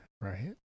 Right